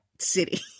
city